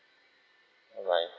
bye bye